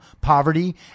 poverty